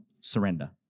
surrender